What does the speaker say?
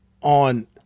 on